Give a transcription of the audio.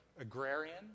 agrarian